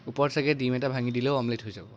ওপৰত চাগে ডিম এটা ভাঙি দিলেও অমলেট হৈ যাব